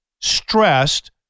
stressed